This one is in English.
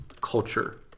culture